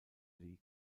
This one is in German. league